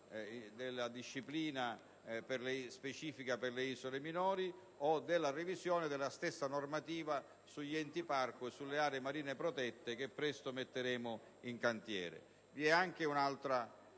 della disciplina normativa specifica per le isole minori o della revisione della stessa normativa sugli enti parco e sulle aree marine protette che presto metteremo in cantiere. Vi è anche un altro